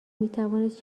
میتوانست